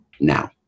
now